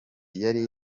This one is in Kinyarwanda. yari